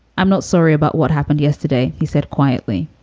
i'm not sorry about what happened yesterday, he said quietly.